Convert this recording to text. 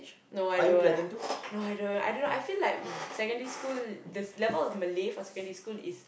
no I don't no I don't I don't know I feel like the secondary school the level of Malay in secondary school is